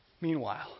Meanwhile